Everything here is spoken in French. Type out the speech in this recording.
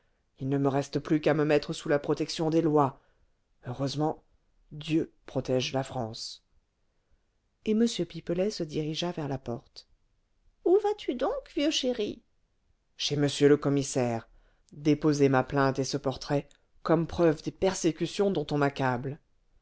il ne me reste plus qu'à me mettre sous la protection des lois heureusement dieu protège la france et m pipelet se dirigea vers la porte où vas-tu donc vieux chéri chez m le commissaire déposer ma plainte et ce portrait comme preuve des persécutions dont on m'accable